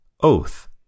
Oath